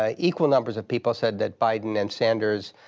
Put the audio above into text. ah equal numbers of people said that biden and sanders